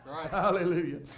Hallelujah